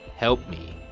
help me,